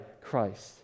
Christ